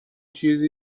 چیزی